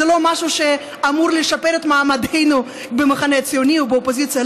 זה לא משהו שאמור לשפר את מעמדנו במחנה הציוני או באופוזיציה,